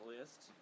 list